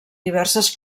diverses